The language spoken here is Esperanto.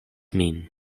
min